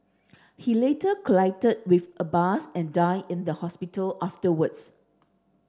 he later collided with a bus and died in the hospital afterwards